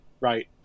right